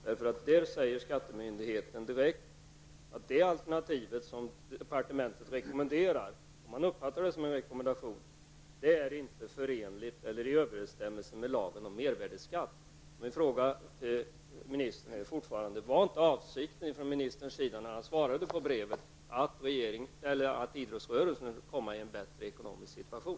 Skattemyndigheten säger direkt att det alternativ som departementet rekommenderar -- det uppfattas som en rekommendation -- är inte i överensstämmelse med lagen om mervärdeskatt. Var inte avsikten från ministerns sida när han svarade på brevet att idrottsrörelsen skulle komma i ett bättre ekonomiskt läge?